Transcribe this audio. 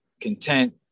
content